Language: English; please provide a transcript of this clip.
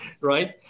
right